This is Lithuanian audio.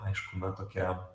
aišku na tokia